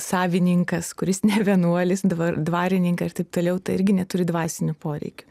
savininkas kuris ne vienuolis dabar dvarininkai ir taip toliau tai irgi neturi dvasinių poreikių